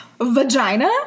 vagina